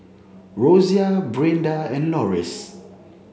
Rosia Brinda and Loris